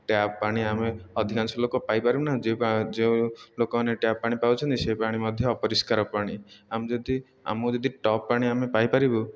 tap ପାଣି ଆମେ ଅଧିକାଂଶ ଲୋକ ପାଇପାରୁନା ଯେଉଁ ଯେଉଁ ଲୋକମାନେ ଟ୍ୟାପ୍ ପାଣି ପାଉଛନ୍ତି ସେ ପାଣି ମଧ୍ୟ ଅପରିଷ୍କାର ପାଣି ଆମେ ଯଦି ଆମେ ଯଦି ଟପ୍ ପାଣି ଆମେ ପାଇପାରିବୁ